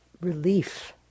relief